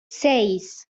seis